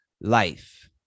life